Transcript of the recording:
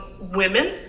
women